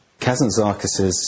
Kazantzakis